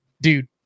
dude